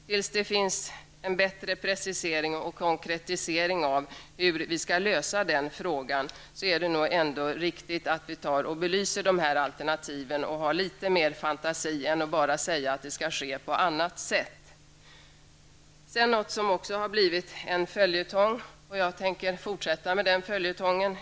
Tills dess man gjort en bättre precisering och konkretisering av hur vi skall lösa den frågan, är det nog ändå riktigt att vi belyser där här alternativen och har litet mer fantasi än att vi bara säger att det skall ske ''på annat sätt''. Jag tänker fortsätta med en annan sak som har blivit en följetong.